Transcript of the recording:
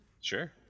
Sure